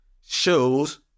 shows